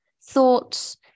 thoughts